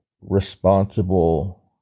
responsible